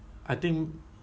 I think